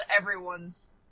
Everyone's